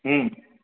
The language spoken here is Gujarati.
હમ